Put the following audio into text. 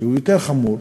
הוא יותר חמור,